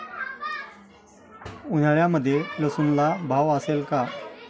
उन्हाळ्यामध्ये लसूणला भाव असेल का?